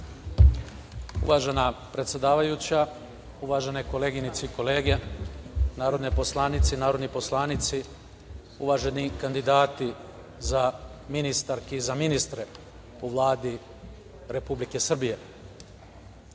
Uvažena predsedavajuća, uvažene koleginice i kolege, narodne poslanice i narodni poslanici, uvaženi kandidati za ministarke i za ministre u Vladi Republike Srbije,